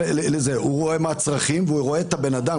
הוא רואה מה הצרכים והוא רואה את האדם,